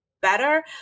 better